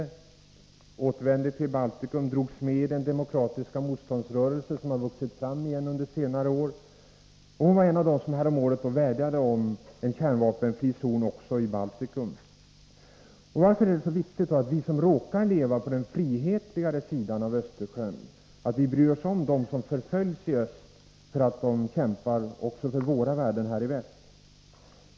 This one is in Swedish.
Hon återvände till Baltikum, där hon drogs med i den demokratiska motståndsrörelse som under senare år vuxit fram igen. Hon var en av dem som häromåret vädjade om en kärnvapenfri zon också i Baltikum. Varför är det då så viktigt att vi som råkar leva på den sida av Östersjön som har mer frihet bryr oss om dem som förföljs i öst för att de kämpar för våra värden här i väst?